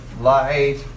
light